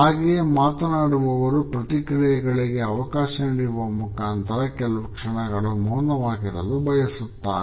ಹಾಗೆಯೇ ಮಾತನಾಡುವವರು ಪ್ರತಿಕ್ರಿಯೆಗಳಿಗೆ ಅವಕಾಶ ನೀಡುವ ಮುಖಾಂತರ ಕೆಲವು ಕ್ಷಣಗಳು ಮೌನವಾಗಿರಲು ಬಯಸುತ್ತಾರೆ